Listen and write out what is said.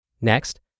Next